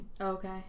Okay